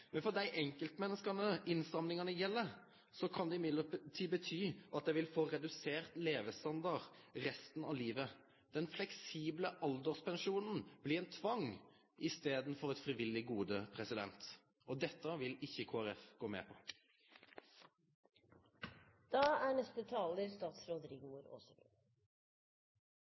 Men for de enkeltmenneskene innstrammingen gjelder, kan det bety redusert levestandard resten av livet. Den fleksible alderspensjonen blir en tvang istedenfor et frivillig gode. Det vil ikke Kristelig Folkeparti gå med på. Saksordføreren har redegjort på en god måte for innholdet i proposisjonen som er